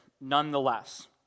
nonetheless